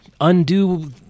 undo